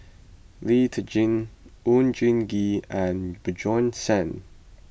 Lee Tjin Oon Jin Gee and Bjorn Shen